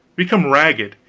become ragged,